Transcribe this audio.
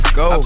go